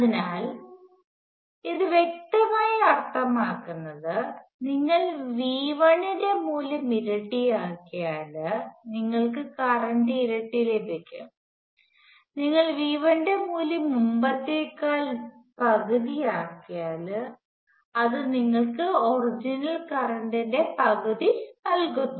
അതിനാൽ ഇത് വ്യക്തമായും അർത്ഥമാക്കുന്നത് നിങ്ങൾ V1 ന്റെ മൂല്യം ഇരട്ടിയാക്കിയാൽ നിങ്ങൾക്ക് കറന്റ് ഇരട്ടി ലഭിക്കും നിങ്ങൾ V1 ന്റെ മൂല്യം മുമ്പത്തേതിന്റെ പകുതിയാക്കി മാറ്റുകയാണെങ്കിൽ അത് നിങ്ങൾക്ക് ഒറിജിനൽ കറണ്ട് ഇന്റെ പകുതി നൽകുന്നു